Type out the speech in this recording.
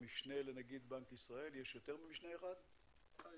למשנה לנגיד של בנק ישראל מר אנדרו